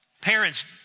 Parents